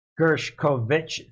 Gershkovich